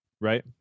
Right